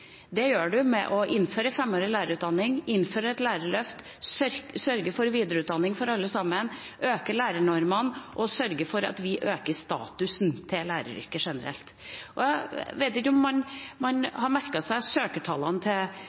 Det gjør vi ved å innføre femårig lærerutdanning, innføre et lærerløft, sørge for videreutdanning for alle sammen, øke lærernormene og sørge for at vi øker statusen til læreryrket generelt. Jeg vet ikke om man har merket seg søkertallene til